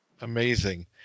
Amazing